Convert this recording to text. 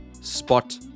Spot